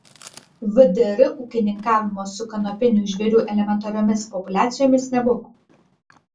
vdr ūkininkavimo su kanopinių žvėrių elementariomis populiacijomis nebuvo